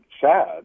sad